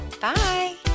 Bye